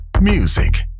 Music